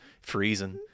freezing